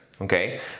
Okay